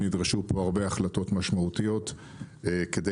נדרשו פה הרבה החלטות משמעותיות כדי